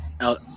out